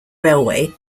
railway